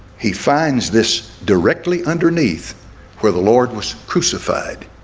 he finds this directly underneath where the lord was crucified